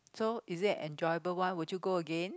so is it an enjoyable one will you go again